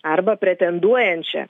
arba pretenduojančią